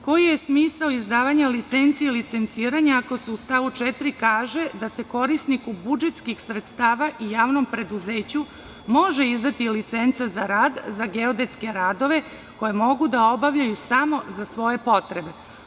Koji je smisao izdavanja licencii licenciranja ako se u stavu 4. kaže da se "korisniku budžetskih sredstava i javnom preduzeću može izdati licenca za rad za geodetske radove koje mogu da obavljaju samo za svoje potrebe"